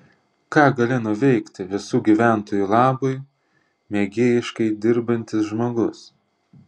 ką gali nuveikti visų gyventojų labui mėgėjiškai dirbantis žmogus